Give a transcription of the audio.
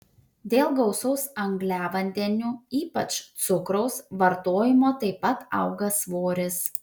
dėl gausaus angliavandenių ypač cukraus vartojimo taip pat auga svoris